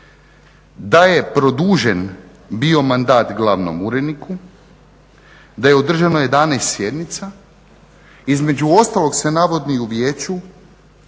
da je produžen bio mandat glavnom uredniku, da je održano 11 sjednica. Između ostalog se navodi u Vijeću